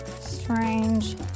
Strange